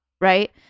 right